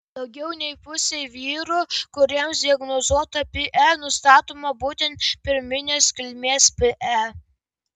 daugiau nei pusei vyrų kuriems diagnozuota pe nustatoma būtent pirminės kilmės pe